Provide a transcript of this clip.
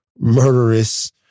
murderous